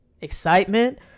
excitement